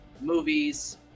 movies